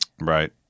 right